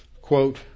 quote